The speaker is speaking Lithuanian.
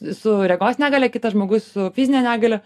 su regos negalia kitas žmogus su fizine negalia